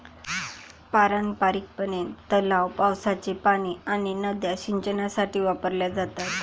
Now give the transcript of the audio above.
पारंपारिकपणे, तलाव, पावसाचे पाणी आणि नद्या सिंचनासाठी वापरल्या जातात